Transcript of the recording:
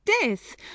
death